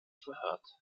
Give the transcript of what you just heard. verhört